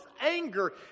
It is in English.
anger